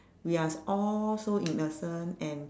we are all so innocent and